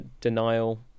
denial